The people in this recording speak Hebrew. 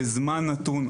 בזמן נתון,